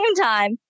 time